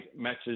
matches